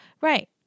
Right